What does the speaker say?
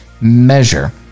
measure